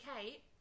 Kate